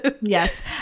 Yes